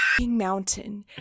mountain